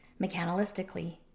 mechanistically